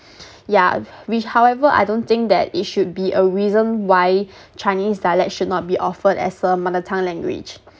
yeah which however I don't think that it should be a reason why chinese dialect should not be offered as a mother tongue language